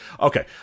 Okay